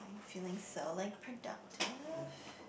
eh feeling so like productive